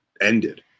ended